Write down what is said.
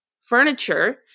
furniture